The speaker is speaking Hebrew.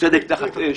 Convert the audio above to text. "צדק תחת אש"